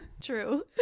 True